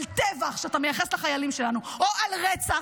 טבח שאתה מייחס לחיילים שלנו או על רצח,